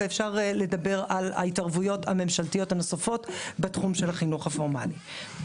ואפשר לדבר על ההתערבויות הממשלתיות הנוספות בתחום החינוך הפורמלי.